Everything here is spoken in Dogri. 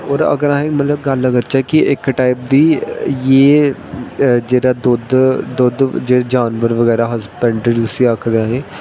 होर अगर अस मतलब गल्ल करचै कि इक टैम दी एह् जेह्ड़ा दुद्ध दुद्ध जेह्ड़ा जानवर बगैरा हस्बैंड्री जिसी आखदे असें